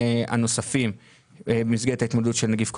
הנוספים במסגרת ההתמודדות של נגיף קורונה,